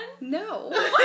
No